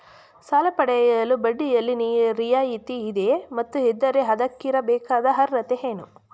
ಸಾಲ ಪಡೆಯಲು ಬಡ್ಡಿಯಲ್ಲಿ ರಿಯಾಯಿತಿ ಇದೆಯೇ ಮತ್ತು ಇದ್ದರೆ ಅದಕ್ಕಿರಬೇಕಾದ ಅರ್ಹತೆ ಏನು?